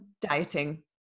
dieting